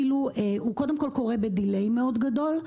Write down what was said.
הוא קודם כול קורה בדיליי מאוד גדול,